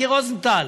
מיקי רוזנטל.